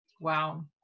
Wow